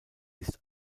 ist